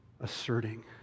asserting